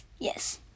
yes